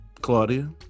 Claudia